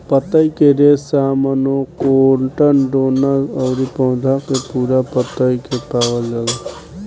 पतई के रेशा मोनोकोटाइलडोनस अउरी पौधा के पूरा पतई में पावल जाला